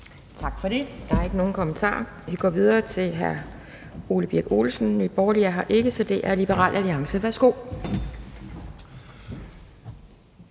Tak for det. Der er ikke nogen kommentarer. Vi går videre til hr. Ole Birk Olesen. Nye Borgerlige er her ikke, så det er Liberal Alliance. Værsgo.